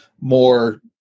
more